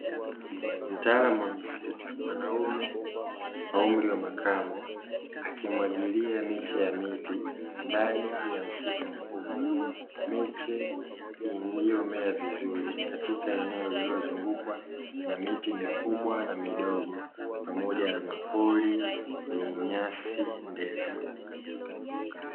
Mtaalamu wa misitu mwanaume wa umri wa makamo akimwagilia miche ya miti ndani ya msitu mkubwa. Miche iliyomea vizuri katika eneo lililozungukwa na miti mikubwa na midogo pamoja na mapori yenye nyasi ndefu.